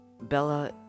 Bella